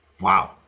wow